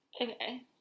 Okay